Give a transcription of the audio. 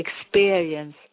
experience